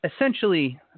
essentially